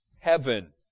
heaven